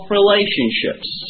relationships